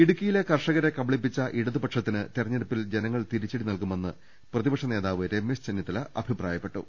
ഇടുക്കിയിലെ ക്ർഷകരെ കബളിപ്പിച്ച ഇടതുപക്ഷത്തിന് തെരഞ്ഞെടുപ്പിൽ ജനങ്ങൾ തിരിച്ചടി നൽകുമെന്ന് പ്രതിപക്ഷ നേതാവ് രമേശ് ചെന്നിത്തല അഭിപ്രായപ്പെട്ടു